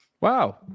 Wow